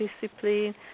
discipline